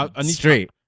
Straight